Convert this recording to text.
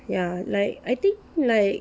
ya like I think like